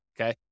okay